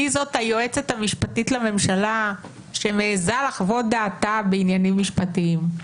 מי זאת היועצת המשפטית לממשלה שמעזה לחוות דעתה בעניינים משפטיים.